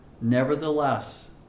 nevertheless